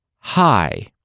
Hi